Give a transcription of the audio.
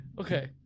okay